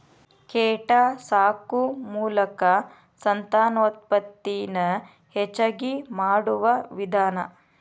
ಕೇಟಾ ಸಾಕು ಮೋಲಕಾ ಸಂತಾನೋತ್ಪತ್ತಿ ನ ಹೆಚಗಿ ಮಾಡುವ ವಿಧಾನಾ